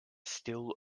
still